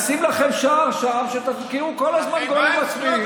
אני אשים לכם שער שם שתבקיעו כל הזמן גולים עצמיים,